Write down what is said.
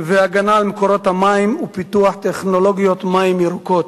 להגנה על מקורות המים ולפיתוח טכנולוגיות מים ירוקות.